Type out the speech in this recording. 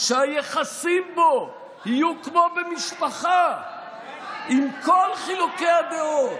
שהיחסים בו יהיו כמו במשפחה, עם כל חילוקי הדעות.